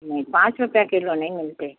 नहीं पाँच रुपए किलो नहीं मिलते